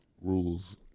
rules